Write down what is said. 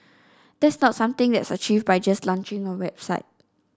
that's not something that's achieved by just launching a website